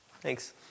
thanks